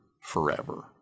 forever